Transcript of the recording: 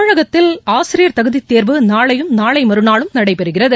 தமிழகத்தில் ஆசிரியர் தகுதிதேர்வு நாளையும் நாளைமறுநாளும் நடைபெறுகிறது